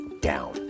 down